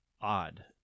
odd